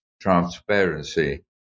transparency